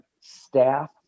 staff